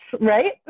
right